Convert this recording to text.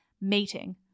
mating